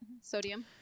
Sodium